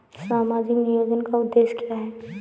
सामाजिक नियोजन का उद्देश्य क्या है?